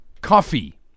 coffee